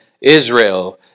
Israel